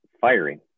firing